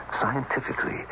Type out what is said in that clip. scientifically